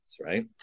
Right